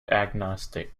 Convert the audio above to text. agnostic